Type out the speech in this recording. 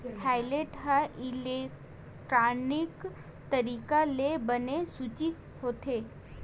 hotlist ह electronic तरीका ले बने सूची होथे